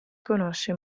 conosce